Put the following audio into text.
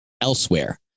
elsewhere